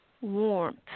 warmth